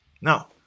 Now